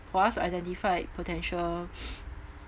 for us to identify potential